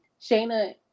Shayna